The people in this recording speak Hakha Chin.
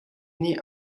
nih